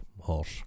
horse